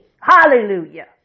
Hallelujah